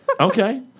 Okay